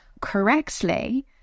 correctly